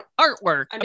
artwork